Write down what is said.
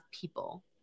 people